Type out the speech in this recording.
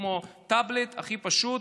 כמו טאבלט הכי פשוט,